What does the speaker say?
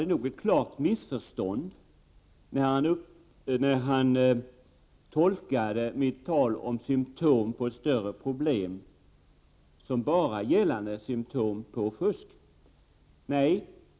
Däremot var det nog ett missförstånd, när idrottsministern tolkade mitt tal om symtom på större problem såsom bara gällande symtom på fusk.